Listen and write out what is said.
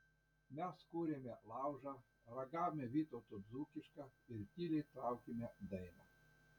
mes kūrėme laužą ragavome vytauto dzūkišką ir tyliai traukėme dainą